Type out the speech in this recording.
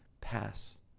pass